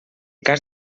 cas